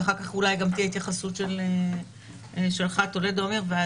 ואחר כך אולי גם תהיה התייחסות של טולדו ונתקדם.